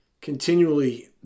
continually